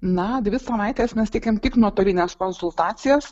na dvi savaites mes teikiam tik nuotolines konsultacijas